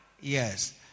Yes